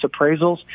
appraisals